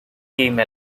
came